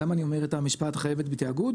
למה אני אומר את המשפט "חייבת בתיאגוד"?